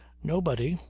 nobody.